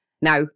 Now